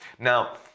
Now